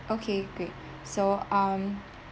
okay great so um